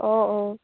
অঁ অঁ